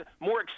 more